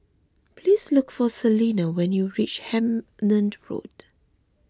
please look for Salina when you reach Hemmant Road